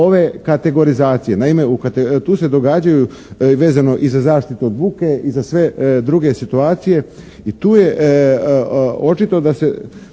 ove kategorizacije. Naime, tu se događaju vezano i za zaštitu od buke i za sve druge situacije i tu je očito da se